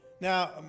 Now